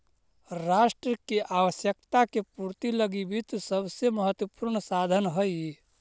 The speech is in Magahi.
राष्ट्र के आवश्यकता के पूर्ति लगी वित्त सबसे महत्वपूर्ण साधन हइ